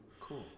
Cool